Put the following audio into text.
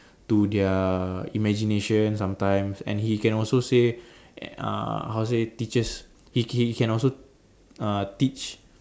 to their imagination sometimes and he can also say uh how to say teaches he he can also uh teach